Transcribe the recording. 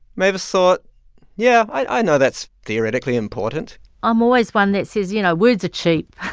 mavis thought yeah, i know that's theoretically important i'm always one that says, you know, words are cheap.